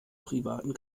privaten